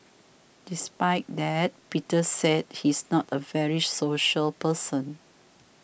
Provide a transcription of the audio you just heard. despite that Peter said he's not a very social person